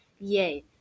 Yay